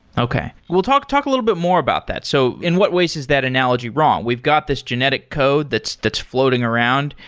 okay. we'll talk talk a little bit more about that. so in ways is that analogy wrong? we've got this genetic code that's that's floating around.